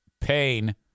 pain